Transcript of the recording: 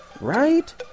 Right